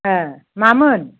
मामोन